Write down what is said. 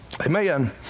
Amen